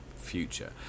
future